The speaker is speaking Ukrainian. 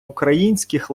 українських